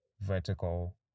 vertical